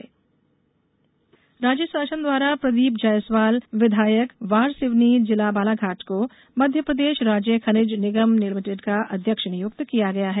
निगम अध्यक्ष राज्य शासन द्वारा प्रदीप जायसवाल विधायक वारासिवनी जिला बालाघाट को मध्यप्रदेश राज्य खनिज निगम लिमिटेड का अध्यक्ष नियुक्त किया गया है